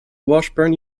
washburn